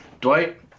dwight